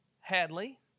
Hadley